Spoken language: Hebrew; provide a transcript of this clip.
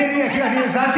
נתונים.